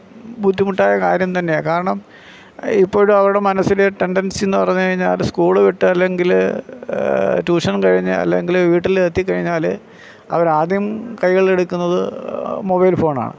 ബുദ്ധിമുട്ടായ കാര്യം തന്നെയാണ് കാരണം ഇപ്പോഴും അവരുടെ മനസ്സിലെ ടെൻഡൻസീ എന്ന് പറഞ്ഞ് കഴിഞ്ഞാൽ സ്കൂള് വിട്ട് അല്ലെങ്കിൽ ട്യൂഷൻ കഴിഞ്ഞ് അല്ലെങ്കിൽ വീട്ടിലെത്തി കഴിഞ്ഞാൽ അവർ ആദ്യം കൈകളിൽ എടുക്കുന്നത് മൊബൈൽ ഫോൺ ആണ്